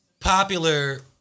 popular